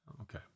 Okay